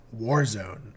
Warzone